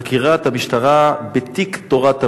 חקירת המשטרה בתיק "תורת המלך".